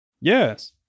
Yes